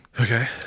Okay